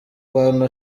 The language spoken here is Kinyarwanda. bantu